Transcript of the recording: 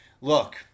Look